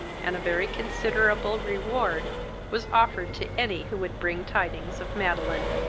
and a very considerable reward was offered to any who would bring tidings of madeline.